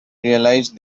released